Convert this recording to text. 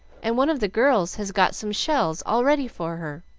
and one of the girls has got some shells all ready for her,